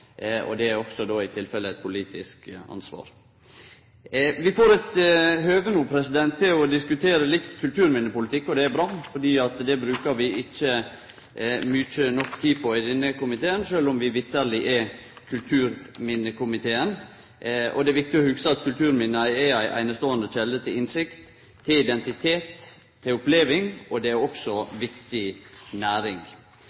er òg eit politisk ansvar. Vi får eit høve til å diskutere litt kulturminnepolitikk no, og det er bra, fordi det brukar vi ikkje mykje nok tid på i denne komiteen, sjølv om vi vitterleg er kulturminnekomiteen. Det er viktig å hugse at kulturminna er ei eineståande kjelde til innsikt, til identitet, til oppleving, og det er